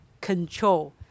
control